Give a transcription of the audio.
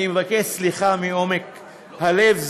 אני מבקש סליחה מעומק הלב,